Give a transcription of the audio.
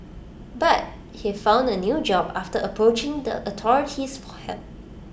but he found A new job after approaching the authorities for help